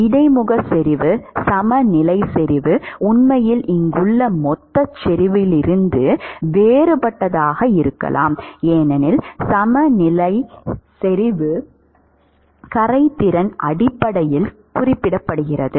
இடைமுக செறிவு சமநிலை செறிவு உண்மையில் இங்குள்ள மொத்த செறிவிலிருந்து வேறுபட்டதாக இருக்கலாம் ஏனெனில் சமநிலை செறிவு கரைதிறன் அடிப்படையில் குறிப்பிடப்படுகிறது